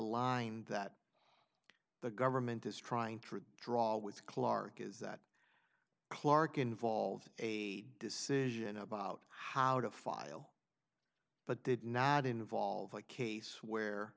line that the government is trying to draw with clark is that clark involved a decision about how to file but did not involve a case where